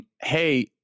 hey